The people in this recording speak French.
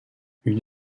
une